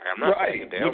Right